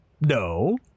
No